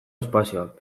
espazioak